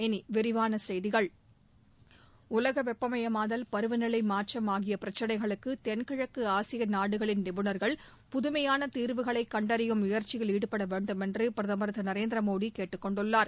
இனி விரிவான செய்திகள் உலகம் வெப்பமயமாதல் பருவநிலை மாற்றம் ஆகிய பிரச்சனைகளுக்கு தென்கிழக்கு ஆசிய நாடுகளின் நிபுணர்கள் புதுமையான தீர்வுகளை கண்டறியும் முயற்சியில் ஈடுபட வேண்டும் என்று பிரதமர் திரு நரேந்திரமோடி கேட்டுக்கொண்டுள்ளார்